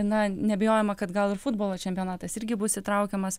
na neabejojama kad gal ir futbolo čempionatas irgi bus įtraukiamas